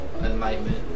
enlightenment